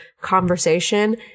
conversation